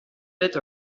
date